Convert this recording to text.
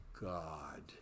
God